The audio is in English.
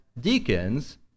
deacons